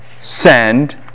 send